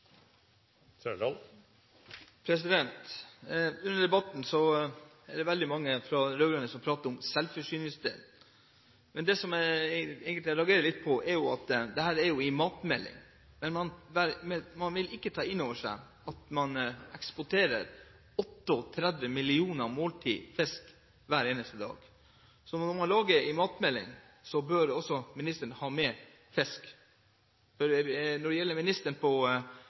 Under debatten har veldig mange fra de rød-grønne pratet om selvforsyningsdelen. Det jeg egentlig reagerer litt på, er at dette er en matmelding, men man vil ikke ta inn over seg at man eksporterer 38 millioner måltider fisk hver eneste dag. Når ministeren lager en matmelding, bør han også nevne fisk. Når det gjelder